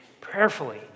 Prayerfully